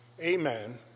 amen